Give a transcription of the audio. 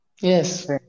Yes